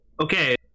Okay